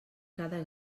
cada